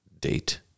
date